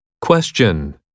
Question